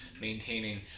maintaining